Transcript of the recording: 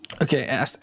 Okay